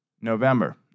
November